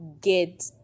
get